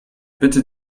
bitte